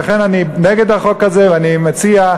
לכן אני נגד החוק הזה, ואני מציע,